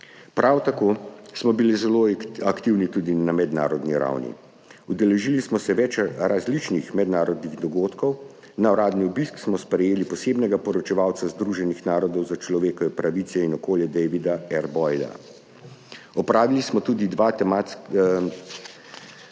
Prav tako smo bili zelo aktivni tudi na mednarodni ravni. Udeležili smo se več različnih mednarodnih dogodkov. Na uradni obisk smo sprejeli posebnega poročevalca Združenih narodov za človekove pravice in okolje Davida R. Boyda. Aktivno sodelujemo